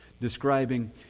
describing